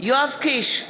יואב קיש,